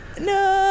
No